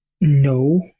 no